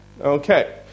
Okay